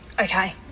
Okay